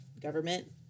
government